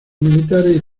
militares